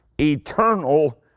eternal